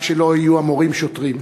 רק שלא יהיו המורים שוטרים.